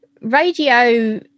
radio